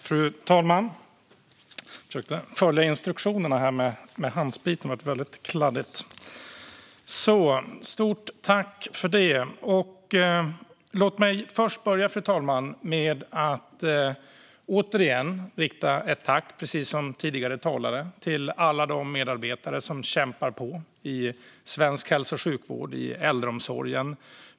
Fru talman! Låt mig börja med att återigen, precis som tidigare talare, rikta ett tack till alla de medarbetare som kämpar på i svensk hälso och sjukvård och i äldreomsorgen.